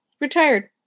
retired